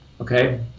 Okay